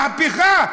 מהפכה?